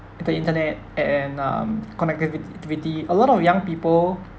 the internet and um connectivity a lot of young people